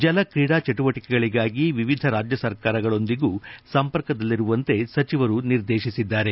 ಜಲ ಕ್ರೀಡಾ ಚಟುವಟಿಕೆಗಳಿಗಾಗಿ ವಿವಿಧ ರಾಜ್ಯ ಸರ್ಕಾರಗಳೊಂದಿಗೂ ಸಂಪರ್ಕದಲ್ಲಿರುವಂತೆ ಅವರು ನಿರ್ದೇಶಿಸಿದ್ದಾರೆ